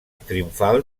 triomfal